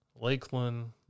Lakeland